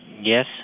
Yes